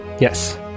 Yes